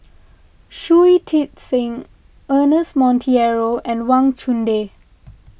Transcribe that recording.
Shui Tit Sing Ernest Monteiro and Wang Chunde